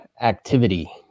activity